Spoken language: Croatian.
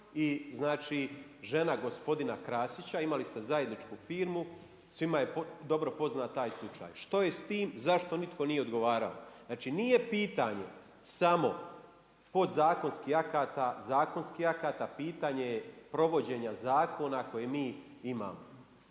i žena gospodina Krasića, imali ste zajedničku firmu, svima je dobro poznat taj slučaj. Što je s tim, zašto nitko nije odgovarao? Znači nije pitanje samo podzakonskih akata, zakonskih akata, pitanje je provođenja zakona koje mi imamo.